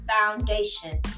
foundation